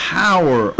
power